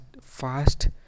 fast